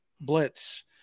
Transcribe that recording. blitz